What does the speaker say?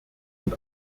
und